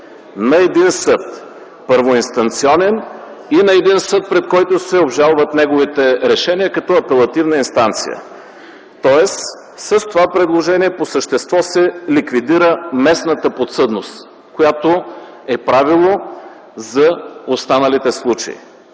на един съд – първоинстанционен и на един съд, пред който се обжалват неговите решения като апелативна инстанция. С това предложение по същество се ликвидира местната подсъдност, която е правило за останалите случаи.